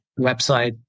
website